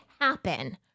happen